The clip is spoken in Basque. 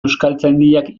euskaltzaindiak